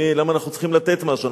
למה אנחנו צריכים לתת משהו?